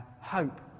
hope